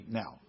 now